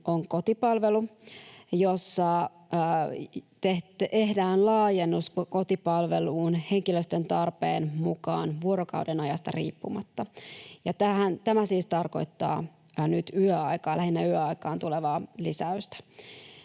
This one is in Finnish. on kotipalvelu, jossa tehdään laajennus kotipalveluun henkilöstön tarpeen mukaan vuorokaudenajasta riippumatta, ja tämä siis tarkoittaa nyt lähinnä yöaikaan tulevaa lisäystä.